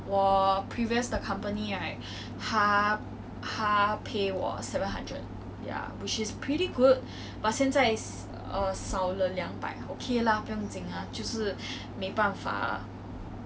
mm 我觉得这个 C_B period has let us learn and challenge us on new thing mm 我学了好几样东西 during this period